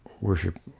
worship